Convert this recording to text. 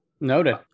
Noted